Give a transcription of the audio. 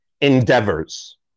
endeavors